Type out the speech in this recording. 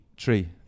three